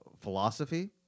philosophy